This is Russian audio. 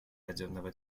ядерного